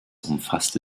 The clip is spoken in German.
umfasste